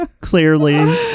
clearly